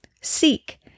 Seek